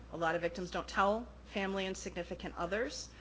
a lot of victims don't tell family and significant others.